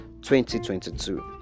2022